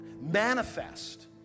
Manifest